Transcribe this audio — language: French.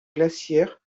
glaciaires